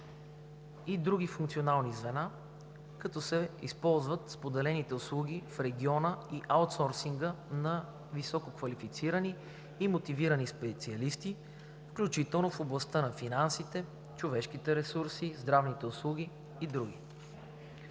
и други функционални звена, като се използват споделените услуги в региона и аутсорсинга на висококвалифицирани и мотивирани специалисти, включително в областта на финансите, човешките ресурси, здравните услуги и други.